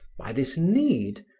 by this need,